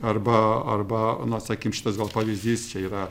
arba arba na sakykim šitas gal pavyzdys čia yra